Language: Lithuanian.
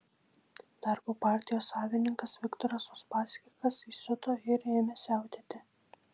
darbo partijos savininkas viktoras uspaskichas įsiuto ir ėmė siautėti